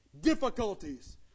difficulties